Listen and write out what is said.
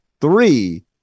three